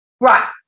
Right